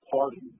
party